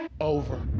over